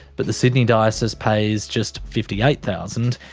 but the sydney diocese pays just fifty eight thousand